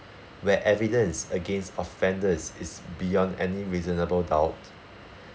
where evidence is against offenders is beyond any reasonable doubt